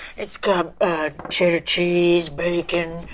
it's got cheddar cheese, bacon,